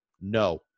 no